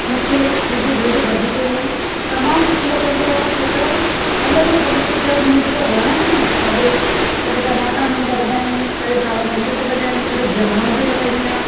मूंखे मुंहिंजे घर जे बाग़ीचे में तमामु सुठो लॻंदो आहे छो त अलॻि अलॻि तरीक़े जा उन में जेके वण आहिनि कॾहिं कॾहिं टमाटा हुन में लॻंदा आहिनि कॾहिं सावा मिर्च लॻंदा आहिनि कॾे जाण जो लॻाईंदी आहियां